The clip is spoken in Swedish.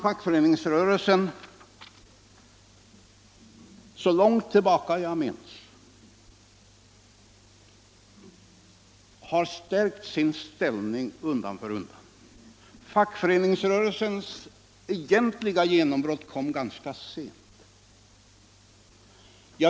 Fackföreningsrörelsen har så långt tillbaka som jag minns stärkt sin ställning undan för undan. Fackföreningsrörelsens egentliga genombrott kom ganska sent.